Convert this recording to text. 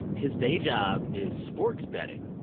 his day job is sports betting.